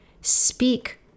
speak